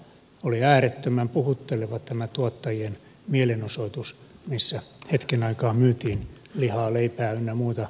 oli äärettömän puhutteleva tämä tuottajien mielenosoitus missä hetken aikaa myytiin lihaa leipää ynnä muuta